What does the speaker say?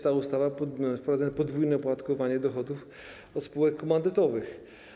Ta ustawa wprowadza podwójne opodatkowanie dochodów od spółek komandytowych.